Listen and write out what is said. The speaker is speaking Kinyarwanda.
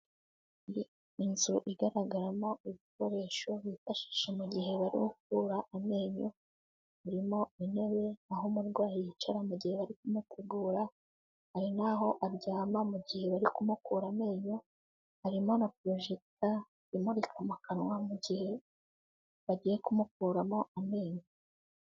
Inzu igaragaramo ibikoresho byifashisha mugihe bari gukura amenyo, birimo intebe aho umurwayi yicara mugihe bari kumutegura, hari n'aho aryama mugihe bari kumukura amenyo. Harimo na projector imurika mu kanwa mugihe bagiye kumukuramo amenyo.